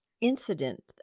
incident